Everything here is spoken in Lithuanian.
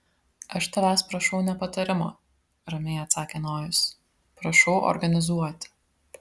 aš tavęs prašau ne patarimo ramiai atsakė nojus prašau organizuoti